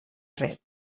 red